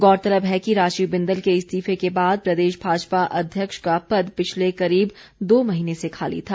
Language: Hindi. गौरतलब है कि राजीव बिंदल के इस्तीफे के बाद प्रदेश भाजपा अध्यक्ष का पद पिछले करीब दो महीने से खाली था